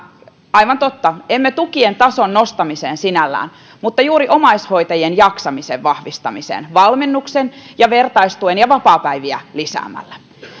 aivan totta emme tukien tason nostamiseen sinällään juuri omaishoitajien jaksamisen vahvistamiseen valmennuksen ja vertaistuen avulla ja vapaapäiviä lisäämällä